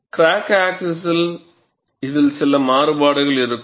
crack axis இதில் சில மாறுபாடுகள் இருக்கும்